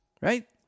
right